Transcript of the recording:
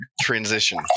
transition